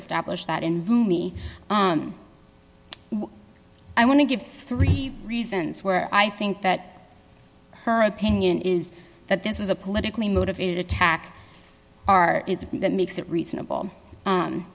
establish that in me i want to give three reasons where i think that her opinion is that this was a politically motivated attack art is it that makes it reasonable